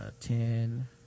ten